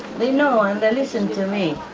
they know and they listen to me.